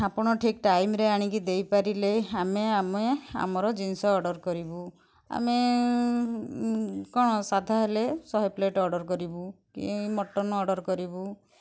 ଆପଣ ଠିକ୍ ଟାଇମ୍ରେ ଆଣିକି ଦେଇପାରିଲେ ଆମେ ଆମେ ଆମର ଜିନିଷ ଅର୍ଡ଼ର୍ କରିବୁ ଆମେ କଣ ସାଧା ହେଲେ ଶହେ ପ୍ଲେଟ୍ ଅର୍ଡ଼ର୍ କରିବୁ କି ମଟନ୍ ଅର୍ଡ଼ର୍ କରିବୁ